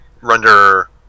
render